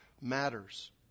matters